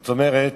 זאת אומרת,